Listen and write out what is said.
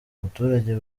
abaturage